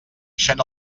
ixen